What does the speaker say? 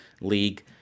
League